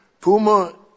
Puma